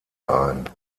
ein